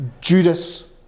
Judas